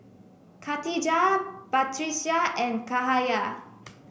khatijah Batrisya and Cahaya